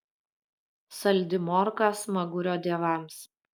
saldi morka smagurio dievams